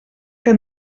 que